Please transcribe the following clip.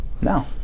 No